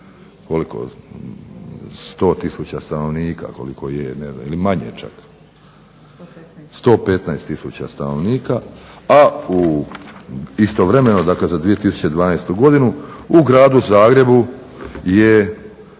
koliko 100000 stanovnika koliko je ne znam ili manje čak, 115000 stanovnika a istovremeno, dakle za 2012. godinu u gradu Zagrebu je